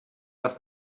das